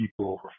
people